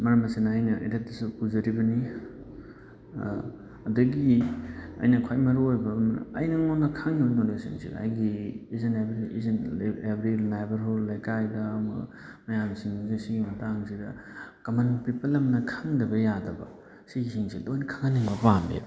ꯃꯔꯝ ꯑꯁꯤꯅ ꯑꯩꯅ ꯑꯦꯗꯦꯠꯇꯁꯨ ꯄꯨꯖꯔꯤꯕꯅꯤ ꯑꯗꯒꯤ ꯑꯩꯅ ꯈ꯭ꯋꯥꯏ ꯃꯔꯨ ꯑꯣꯏꯕ ꯑꯃꯅ ꯑꯩꯉꯣꯟꯗ ꯈꯪꯉꯤꯕ ꯅꯣꯂꯦꯖꯁꯤꯡꯁꯦ ꯑꯩꯒꯤ ꯏꯁ ꯑꯦꯟ ꯑꯦꯕ꯭ꯔꯤ ꯑꯦꯕ꯭ꯔꯤ ꯅꯥꯏꯕꯔꯍꯨꯗ ꯂꯩꯀꯥꯏꯗ ꯃꯌꯥꯝꯁꯤꯡꯁꯦ ꯁꯤꯒꯤ ꯃꯇꯥꯡꯁꯤꯗ ꯀꯃꯟ ꯄꯤꯄꯜ ꯑꯃꯅ ꯈꯪꯗꯕ ꯌꯥꯗꯕ ꯁꯤꯒꯤ ꯁꯤꯡꯁꯦ ꯂꯣꯏꯅ ꯈꯪꯍꯟꯅꯤꯡꯕ ꯄꯥꯝꯃꯦꯕ